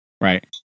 right